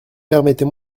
permettez